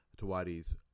Tawadi's